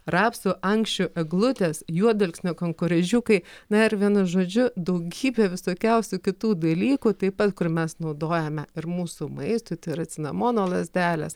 rapsų ankščių eglutės juodalksnio kankorėžiukai na ir vienu žodžiu daugybė visokiausių kitų dalykų taip pat kur mes naudojame ir mūsų maistui tai yra cinamono lazdelės